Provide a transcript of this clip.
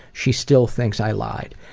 she still thinks i lied.